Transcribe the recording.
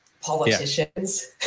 Politicians